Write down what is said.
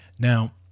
Now